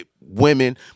women